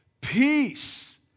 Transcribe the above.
Peace